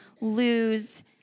lose